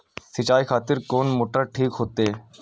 सीचाई खातिर कोन मोटर ठीक होते?